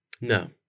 No